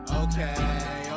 okay